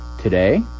today